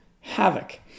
havoc